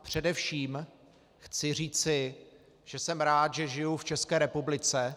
Především chci říci, že jsem rád, že žiju v České republice.